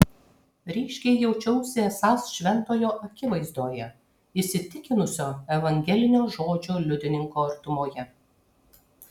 ryškiai jaučiausi esąs šventojo akivaizdoje įsitikinusio evangelinio žodžio liudininko artumoje